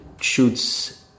shoots